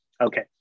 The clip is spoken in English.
Okay